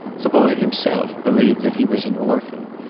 the boy himself believed that he was an orphan,